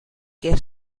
que